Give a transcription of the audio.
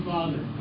Father